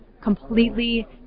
completely